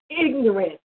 ignorant